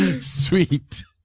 sweet